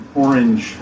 orange